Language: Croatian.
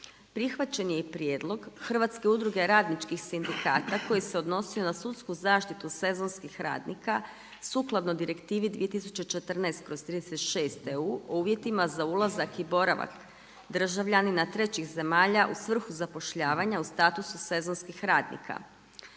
Prihvaćen je i prijedlog Hrvatske udruge radničkih sindikata koji se odnosi na sudsku zaštitu sezonskih radnika sukladno Direktivi 2014/36 EU, o uvjetima za ulazak i boravak državljanina trećih zemalja u svrhu zapošljavanja u statusu sezonskih radnika.